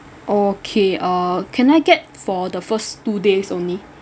okay uh can I get for the first two days only